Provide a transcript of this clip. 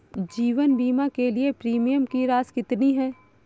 जीवन बीमा के लिए प्रीमियम की राशि कितनी है?